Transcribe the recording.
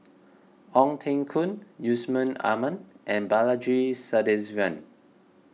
Ong Teng Koon Yusman Aman and Balaji Sadasivan